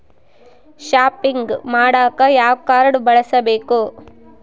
Shopping ಮಾಡಾಕ ಯಾವ card ಬಳಸಬೇಕು?